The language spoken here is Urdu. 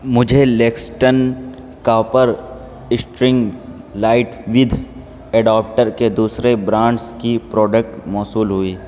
مجھے Lexton copper string light with adapter کے دوسرے برانڈس کی پروڈکٹ موصول ہوئی